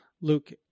Luke